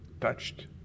touched